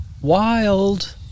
wild